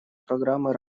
программы